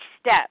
step